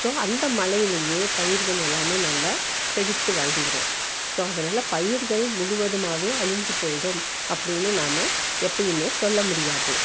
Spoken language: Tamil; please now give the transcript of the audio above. ஸோ அந்த மழையிலையே பயிர்கள் எல்லாம் நல்லா செழித்து வளர்ந்துரும் ஸோ அதனால் பயிர்கள் முழுவதுமாவே அழிஞ்சி போய்டும் அப்படின்னு நாம எப்பயுமே சொல்ல முடியாது